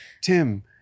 Tim